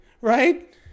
right